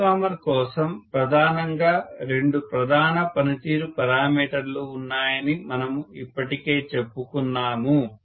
transformer కోసం ప్రధానంగా రెండు ప్రధాన పనితీరు పెరామీటర్లు ఉన్నాయని మనము ఇప్పటికే చెప్పుకున్నాము